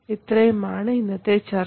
ഇത്രയുമാണ് ഇന്നത്തെ ചർച്ച